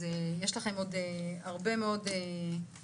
אז יש לכם עוד הרבה מאוד עבודה.